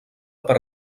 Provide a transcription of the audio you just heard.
per